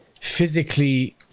physically